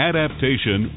Adaptation